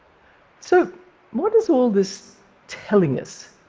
so what is all this telling us?